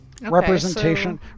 Representation